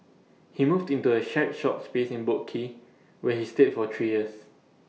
he moved into A shared shop space in boat quay where he stayed for three years